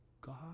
God